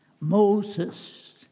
Moses